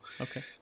Okay